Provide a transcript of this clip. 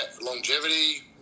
longevity